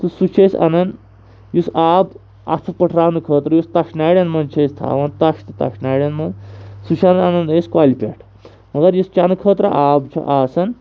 تہٕ سُہ چھِ أسۍ اَنان یُس آب اَتھٕ پٔٹھراونہٕ خٲطرٕ یُس تَش نارٮ۪ن منٛز چھِ أسۍ تھَوان تَش تہٕ تَش نارٮ۪ن منٛز سُہ چھِ اَنان أسۍ کۄلہِ پٮ۪ٹھ مگر یُس چٮ۪نہٕ خٲطرٕ آب چھُ آسان